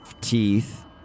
teeth